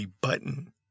button